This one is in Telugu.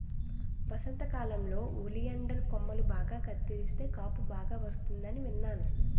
వసంతకాలంలో ఒలియండర్ కొమ్మలు బాగా కత్తిరిస్తే కాపు బాగా వస్తుందని విన్నాను